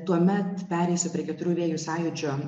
tuomet pereisiu prie keturių vėjų sąjūdžio